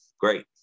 great